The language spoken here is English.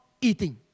eating